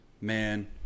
man